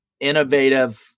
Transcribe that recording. innovative